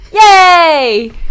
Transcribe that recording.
Yay